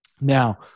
Now